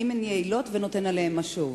האם הן יעילות והאם ניתן עליהן משוב?